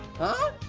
huh?